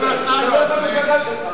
תדבר למפלגה שלך.